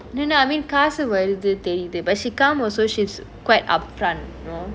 no no I mean காசு வருது தெரியுது :kaasu varuthu teriyuthu but she calm also she's quite upfront you know